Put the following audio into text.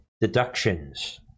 deductions